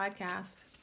podcast